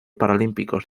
paralímpicos